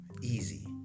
easy